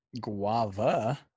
Guava